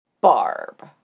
Barb